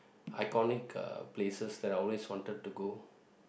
iconic uh places that I always wanted to go